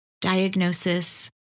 diagnosis